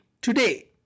Today